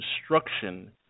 destruction